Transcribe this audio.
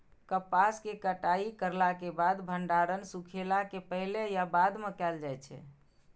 कपास के कटाई करला के बाद भंडारण सुखेला के पहले या बाद में कायल जाय छै?